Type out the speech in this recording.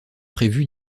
prévu